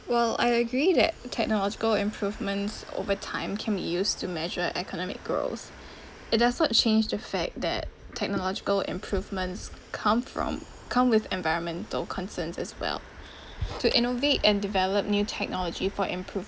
well I agree that technological improvements over time can be used to measure economic growth it does not change the fact that technological improvements come from come with environmental concerns as well to innovate and develop new technology for improvement